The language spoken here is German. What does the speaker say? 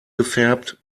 gefärbt